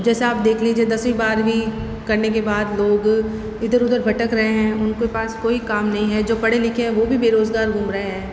जैसे आप देख लीजिए दसवीं बारहवीं करने के बाद लोग इधर उधर भटक रहे हैं उनके पास कोई काम नहीं है जो पढ़ें लिखे हैं वो भी बेरोज़गार घूम रहे हैं